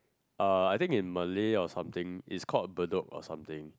uh I think in Malay or something it's called Bedok or something